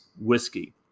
whiskey